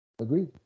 agreed